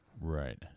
Right